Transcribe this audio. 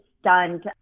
stunned